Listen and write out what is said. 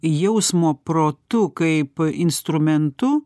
jausmo protu kaip instrumentu